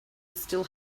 still